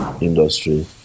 industry